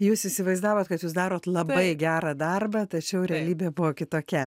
jūs įsivaizdavot kad jūs darot labai gerą darbą tačiau realybė buvo kitokia